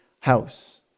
house